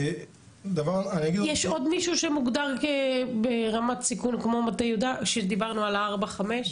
יש עוד מישהו שמוגדר ברמת סיכון כמו מטה יהודה שדיברנו על 4-5?